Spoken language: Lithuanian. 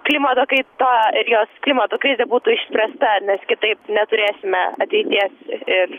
klimato kaita ir jos klimato krizė būtų išspręsta nes kitaip neturėsime ateities ir